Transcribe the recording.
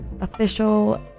official